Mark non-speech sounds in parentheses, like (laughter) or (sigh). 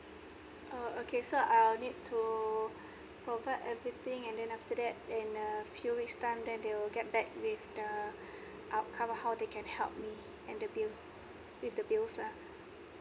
oh okay so I would need to provide everything and then after that and a few weeks time then they will get back with the (breath) outcome how they can help me and the bills with the bills lah